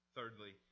Thirdly